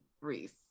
Reese